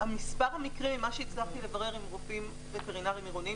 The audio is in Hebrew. ממה שהצלחתי לברר עם רופאים וטרינריים עירוניים,